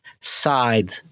side